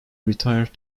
retired